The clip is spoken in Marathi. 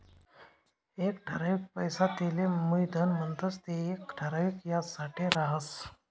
एक ठरावीक पैसा तेले मुयधन म्हणतंस ते येक ठराविक याजसाठे राहस